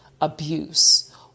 abuse